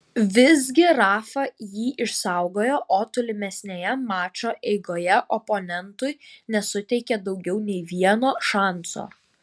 visgi rafa jį išsaugojo o tolimesnėje mačo eigoje oponentui nesuteikė daugiau nei vieno šanso